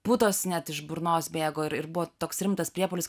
putos net iš burnos bėgo ir buvo toks rimtas priepuolis kad